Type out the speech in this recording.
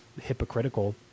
hypocritical